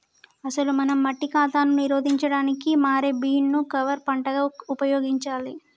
అసలు మనం మట్టి కాతాను నిరోధించడానికి మారే బీన్ ను కవర్ పంటగా ఉపయోగించాలి